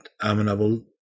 amenable